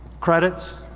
credits,